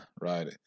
right